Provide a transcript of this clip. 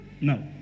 no